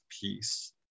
peace